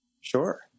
sure